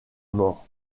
mort